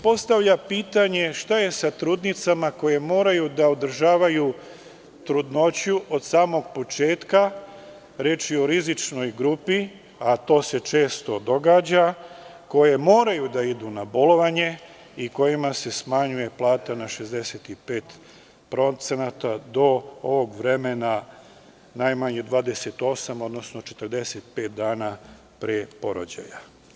Postavlja se pitanje - šta je sa trudnicama koje moraju da održavaju trudnoću od samog početka, reč je o rizičnoj grupi, a to se često događa, koje moraju da idu na bolovanje i kojima se smanjuje plata na 65% do ovog vremena najmanje 28, odnosno 45 dana pre porođaja?